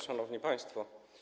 Szanowni Państwo!